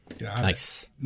Nice